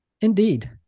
Indeed